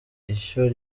ishyo